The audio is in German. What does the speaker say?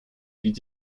die